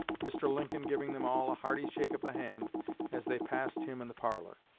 mr. lincoln giving them all a hearty shake of the hand as they passed him in the parlor.